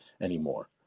anymore